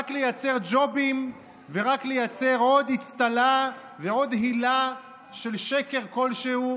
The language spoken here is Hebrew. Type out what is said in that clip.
רק לייצר ג'ובים ורק לייצר עוד אצטלה ועוד הילה של שקר כלשהו,